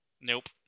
Nope